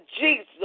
Jesus